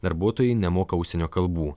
darbuotojai nemoka užsienio kalbų